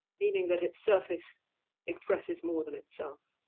meaning that its surface expresses more than itself